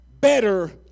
better